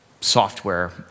software